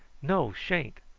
no sha'n't!